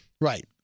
Right